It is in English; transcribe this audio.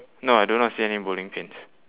no I do not see any bowling pins